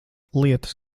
lietas